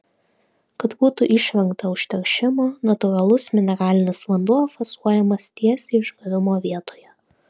kad būtų išvengta užteršimo natūralus mineralinis vanduo fasuojamas tiesiai išgavimo vietoje